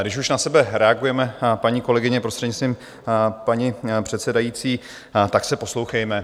Když už na sebe reagujeme, paní kolegyně, prostřednictvím paní předsedající, tak se poslouchejme.